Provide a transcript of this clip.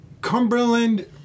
Cumberland